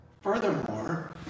Furthermore